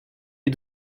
est